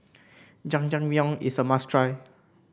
Jajangmyeon is a must try